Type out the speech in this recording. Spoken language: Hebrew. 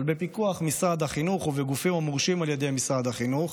אבל בפיקוח משרד החינוך וגופים המורשים על ידי משרד החינוך,